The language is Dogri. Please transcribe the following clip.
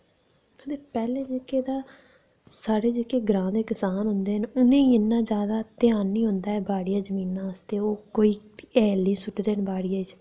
पैह्लें जेह्के तां साढ़े जेह्के ग्रांऽ दे करसान होंदे न उ'नेंगी इन्ना जादा ध्यान निं होंदा ऐ बाड़ियै जमीनै आस्तै ते ओह् कोई हैल निं सु'टदे हैन बाड़ियै च